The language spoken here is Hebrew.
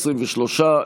23,